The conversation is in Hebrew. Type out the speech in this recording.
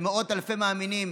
שמאות אלפי מאמינים